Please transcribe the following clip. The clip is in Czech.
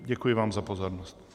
Děkuji vám za pozornost.